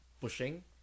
pushing